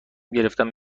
گرفتم